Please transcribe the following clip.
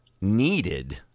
needed